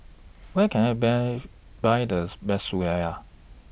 Where Can I Buy Buy thus Best Kueh Syara